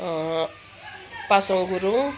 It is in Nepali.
पासङ गुरुङ